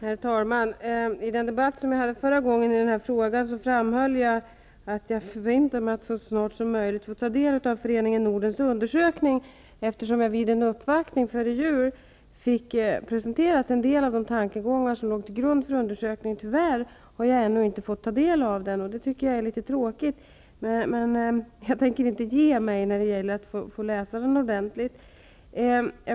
Herr talman! I debatten om den här frågan förra gången framhöll jag att jag förväntar mig att så snart som möjligt få ta del av Föreningen Nordens undesökning, eftersom jag vid en uppvaktning före jul fick presenterat en del av de tankegångar som låg till grund för undersökningen. Tyvärr har jag ännu inte fått ta del av den, och det tycker jag är litet tråkigt. Men jag tänker inte ge mig när det gäller att få läsa den ordentligt.